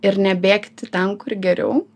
ir nebėgti ten kur geriau